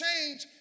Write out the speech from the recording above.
change